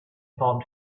formed